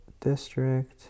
district